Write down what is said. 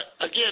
again